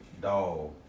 Dog